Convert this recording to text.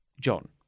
John